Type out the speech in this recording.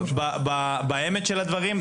באמת של הדברים,